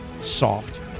Soft